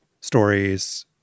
stories